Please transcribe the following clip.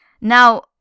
Now